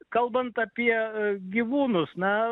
kalbant apie gyvūnus na